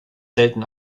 selten